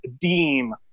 deem